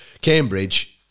Cambridge